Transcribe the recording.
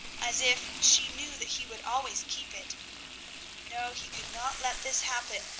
as if, she knew that he would always keep it no, he could not let this happen,